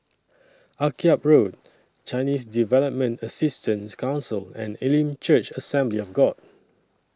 Akyab Road Chinese Development Assistance Council and Elim Church Assembly of God